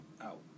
out